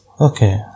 Okay